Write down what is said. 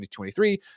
2023